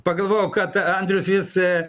pagalvojau kad andrius vis